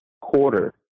quarter